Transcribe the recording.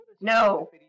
No